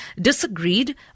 disagreed